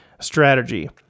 strategy